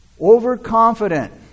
Overconfident